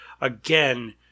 Again